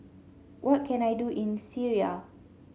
what can I do in Syria